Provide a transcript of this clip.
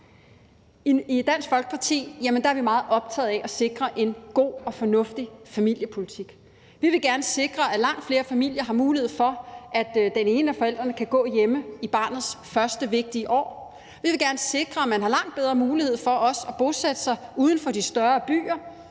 I Dansk Folkeparti er vi meget optaget af at sikre en god og fornuftig familiepolitik. Vi vil gerne sikre, at langt flere familier har mulighed for, at den ene af forældrene kan gå hjemme i barnets første vigtige år. Vi vil gerne sikre, at man har langt bedre mulighed for også at bosætte sig uden for de større byer,